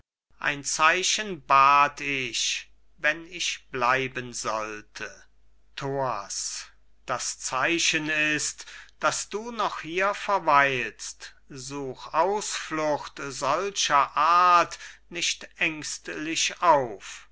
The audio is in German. ein zeichen bat ich wenn ich bleiben sollte thoas das zeichen ist daß du noch hier verweilst such ausflucht solcher art nicht ängstlich auf